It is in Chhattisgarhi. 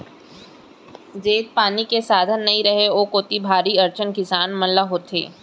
जेती पानी के साधन नइ रहय ओ कोती भारी अड़चन किसान मन ल होथे